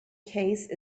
case